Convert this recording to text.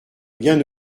bien